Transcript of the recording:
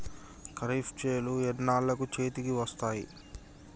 ఖరీఫ్ చేలు ఎన్నాళ్ళకు చేతికి వస్తాయి?